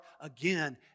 again